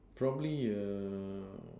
probably err